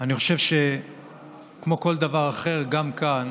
אני חושב שכמו בכל דבר אחר, גם כאן